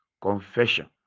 confession